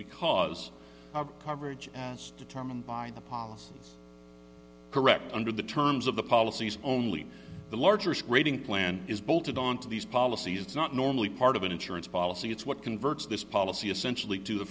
because of coverage as determined by the policy correct under the terms of the policies only the largest grading plan is bolted on to these policies it's not normally part of an insurance policy it's what converts this policy essentially to the